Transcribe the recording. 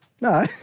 No